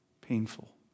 painful